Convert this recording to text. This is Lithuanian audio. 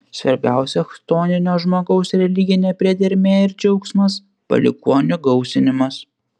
svarbiausia chtoninio žmogaus religinė priedermė ir džiaugsmas palikuonių gausinimas